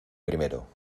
primero